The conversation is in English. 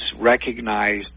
recognized